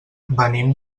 venim